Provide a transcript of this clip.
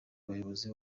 bayobozi